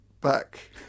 back